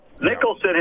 Nicholson